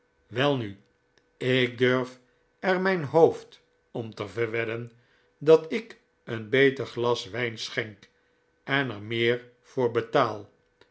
welnu ik durf er mijn hoofd om te verwedden dat ik een beter glas wijn schenk en er meer voor betaal